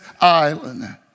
island